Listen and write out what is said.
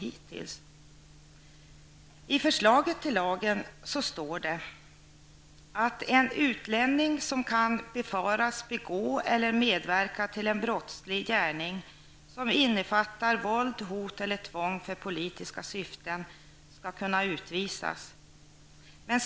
I lagförslaget står det att en utlänning som kan befaras begå eller medverka till en brottslig gärning som innefattar våld, hot eller tvång för politiska syften skall kunna utvisas.